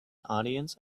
audience